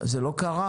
זה לא קרה.